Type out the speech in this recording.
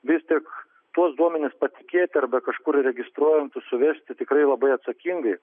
vis tik tuos duomenis patikėti arba kažkur registruojant suvesti tikrai labai atsakingai